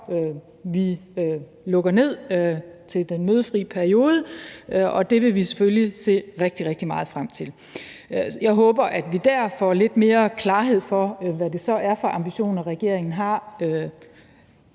vi lukker ned til den mødefri periode, og det vil vi selvfølgelig se rigtig, rigtig meget frem til. Jeg håber, at vi der får lidt mere klarhed over, hvad det så er for ambitioner, regeringen har